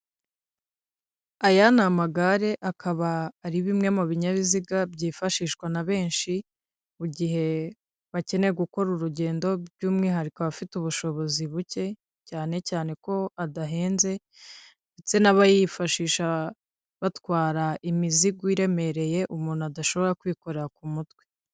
Aya ni amagare akaba ari bimwe mu binyabiziga byifashishwa na benshi mu gihe bakeneye gukora urugendo by'umwihariko abafite ubushobozi buke cyane cyane ko adahenze ndetse n'abayifashisha batwara imizigo iremereye umuntu adashobora kwikorera ku mutwe.